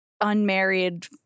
unmarried